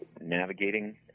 navigating